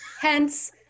Hence